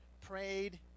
prayed